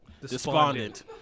despondent